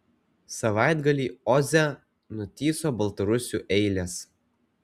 savaitgalį oze nutįso baltarusių eilės